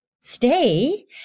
stay